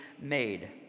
made